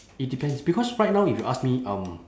it depends because right now if you ask me um